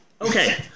Okay